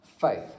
Faith